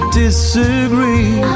disagree